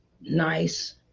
nice